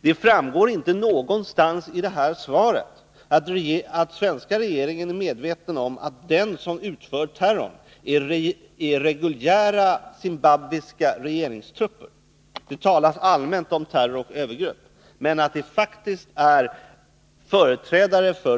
I utrikesministerns svar talas det allmänt om terror och övergrepp, men det framgår inte av svaret att den svenska regeringen är medveten om att det faktiskt är den zimbabwiska